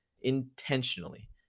intentionally